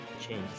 change